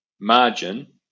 margin